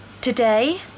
Today